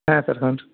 ಹಾಂ ಸರ್ ಹ್ಞೂ ರೀ